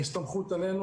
מסתמכים עלינו,